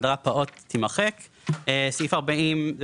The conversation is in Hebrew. ההגדרה "פעוט" תימחק; סעיף 40 הוא